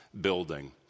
building